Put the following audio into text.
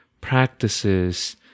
practices